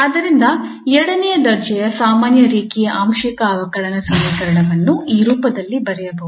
ಆದ್ದರಿಂದ ಎರಡನೇ ದರ್ಜೆಯ ಸಾಮಾನ್ಯ ರೇಖೀಯ ಆಂಶಿಕ ಅವಕಲನ ಸಮೀಕರಣವನ್ನು ಈ ರೂಪದಲ್ಲಿ ಬರೆಯಬಹುದು